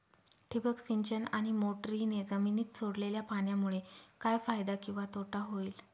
ठिबक सिंचन आणि मोटरीने जमिनीत सोडलेल्या पाण्यामुळे काय फायदा किंवा तोटा होईल?